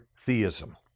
theism